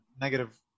negative